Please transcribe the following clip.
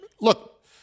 look